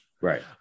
Right